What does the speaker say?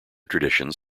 traditions